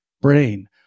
brain